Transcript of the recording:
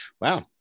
Wow